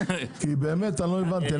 באמת אני לא הבנתי.